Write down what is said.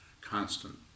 constant